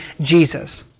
Jesus